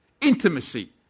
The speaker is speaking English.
Intimacy